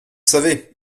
savez